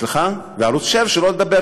ערוץ 7. וערוץ 7,